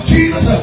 Jesus